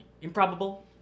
improbable